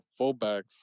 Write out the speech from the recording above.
fullbacks